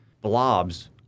blobs